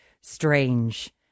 strange